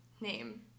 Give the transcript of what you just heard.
name